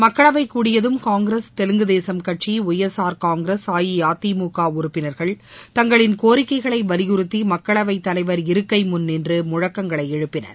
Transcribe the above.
மக்களவை கூடியதும் காங்கிரஸ் தெலுங்கு தேசம் கட்சி ஒய் எஸ் ஆர் காங்கிரஸ் அஇஅதிமுக உறுப்பினர்கள் தங்களின் கோரிக்கைகளை வலியுறுத்தி மக்களவைத் தலைவர் இருக்கை முன் நின்று முழக்கங்களை எழுப்பினர்